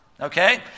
Okay